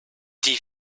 die